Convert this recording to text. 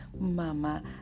mama